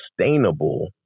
sustainable